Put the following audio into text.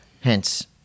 Hence